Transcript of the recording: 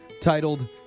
titled